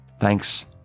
Thanks